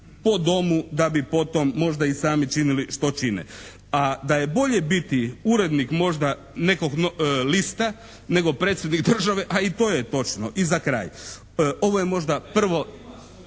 po domu da bi potom možda i sami činili što čine. A da je bolje biti urednik možda nekog lista nego predsjednik države a i to je točno. I za kraj, ovo je možda prvo